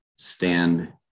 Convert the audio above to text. stand